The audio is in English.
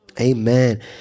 Amen